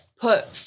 put